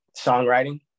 songwriting